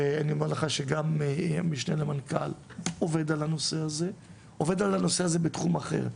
ואני אומר לך שגם המשנה למנכ"ל עובד על הנושא הזה בתחום אחר,